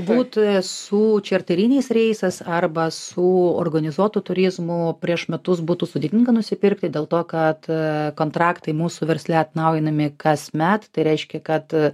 būtų su čarteriniais reisas arba su organizuotu turizmu prieš metus būtų sudėtinga nusipirkti dėl to kad kontraktai mūsų versle atnaujinami kasmet tai reiškia kad